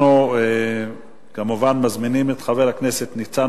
אנחנו כמובן מזמינים את חבר הכנסת ניצן